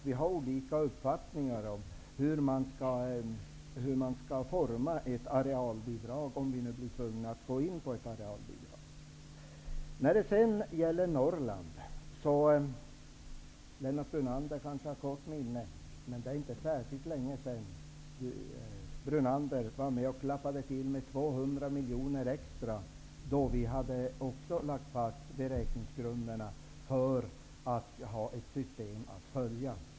Vi har olika uppfattningar om hur man skall utforma arealbidrag, om vi nu blir tvungna att ha ett arealbidrag. Sedan till frågan om Norrland. Lennart Brunander kanske har kort minne, men det är inte särskilt länge sedan han var med och klappade till med 200 miljoner extra, i ett läge då vi också hade lagt fast beräkningsgrunderna för att ha ett system att följa.